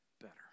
better